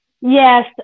Yes